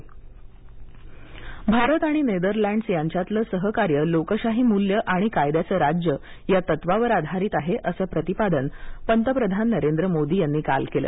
पंतप्रधान नेदरलँडस भारत आणि नेदरलँडस् यांच्यातलं सहकार्य लोकशाही मूल्यं आणि कायद्याचं राज्य या तत्त्वावर आधारित आहे असं प्रतिपादन पंतप्रधान नरेंद्र मोदी यांनी काल केलं